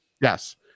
Yes